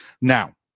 Now